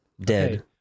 Dead